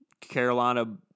Carolina